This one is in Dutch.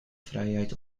vrijheid